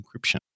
Encryption